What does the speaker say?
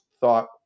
thought